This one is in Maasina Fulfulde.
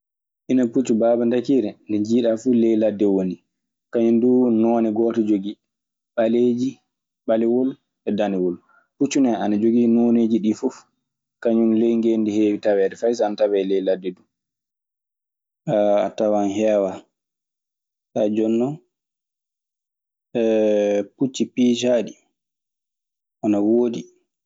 Ina puccu baaba ndakiire nde njiida fuu ley ladde woni, kañun duu noone gooto jogii ɓaleeji; ɓalewol e danewol. Puccu nee ana jogii noneeji ndi fuf kañum ley ngeendi heewi taweede fay so ana tawee ley ladde duu. A tawan heewaa. Kaa jonnon pucci piisaaɗi ana woodi.